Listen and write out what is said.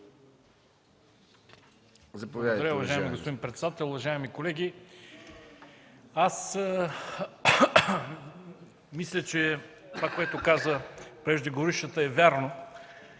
Благодаря Ви, уважаеми господин председател. Уважаеми колеги! Мисля, че това, което каза преждеговорившата, е вярно